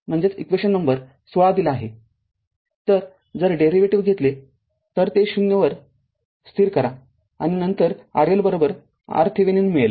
तरजर डेरिव्हेटीव्ह घेतले तर ते ० वर स्थिर करा नंतर RL RThevenin मिळेल